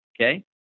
okay